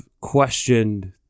questioned